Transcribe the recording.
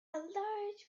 large